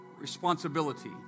responsibility